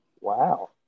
Wow